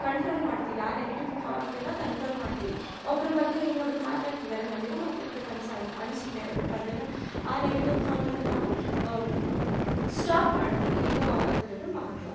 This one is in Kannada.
ಕಂಟ್ರೋಲ್ ಮಾಡ್ತೀವಿ ಆ ನೆಗೆಟಿವ್ ತಾಟ್ನ್ನ ಕಂಟ್ರೋಲ್ ಮಾಡ್ತೀವಿ ಒಬ್ರು ಬಗ್ಗೆ ಇನ್ನೊಬ್ರ ಮಾತಾಡ್ತಿದ್ದಾರೆ ನಮಗು ಮಾತಾಡ್ಬೇಕು ಅನ್ಸಾ ಅನ್ಸುತ್ತೆ ಬಟ್ ಅದನ್ನ ಆ ನೆಗೆಟಿವ್ ತಾಟ್ನ್ನ ನಾವು ಸ್ಟಾಪ್ ಮಾಡ್ತೀವಿ ಇದು ಅದರದ್ದು ಮಹತ್ವ